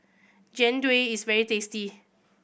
Jian Dui is very tasty